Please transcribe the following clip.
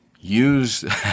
Use